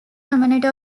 community